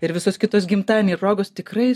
ir visos kitos gimtadieniai ir progos tikrai